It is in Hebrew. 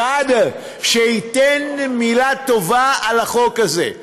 אחד, שייתן מילה טובה על החוק הזה.